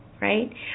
right